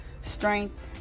strength